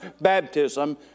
baptism